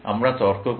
আমরা তর্ক করি